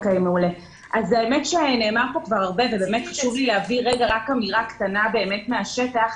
אבל חשוב לי להביא אמירה קטנה מהשטח.